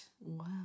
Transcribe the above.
Wow